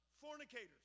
fornicators